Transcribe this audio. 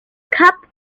cap